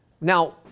Now